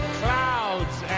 clouds